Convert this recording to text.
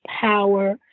power